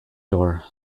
door